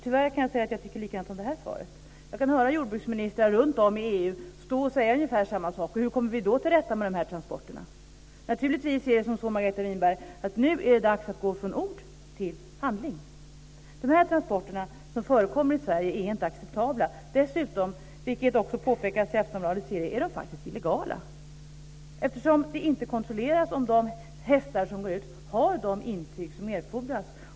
Tyvärr tycker jag likadant om detta svar. Jag kan höra jordbruksministrar runtom i EU stå och säga ungefär samma saker. Hur kommer vi då till rätta med transporterna? Det är naturligtvis dags att gå från ord till handling, Margareta Winberg. De transporter som förekommer i Sverige är inte acceptabla. Dessutom är de faktiskt illegala, som också påpekats i Aftonbladets serie. Det kontrolleras inte om de hästar som går ut ur landet har de intyg dom erfordras.